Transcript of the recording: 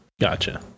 Gotcha